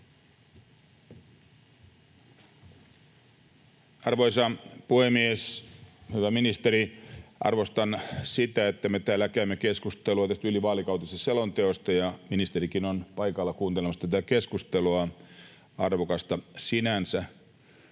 Arvoisa puhemies, hyvä ministeri! Arvostan sitä, että me täällä käymme keskustelua tästä ylivaalikautisesta selonteosta, ja ministerikin on paikalla kuuntelemassa tätä keskustelua — arvokasta sinänsä.